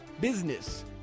Business